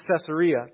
Caesarea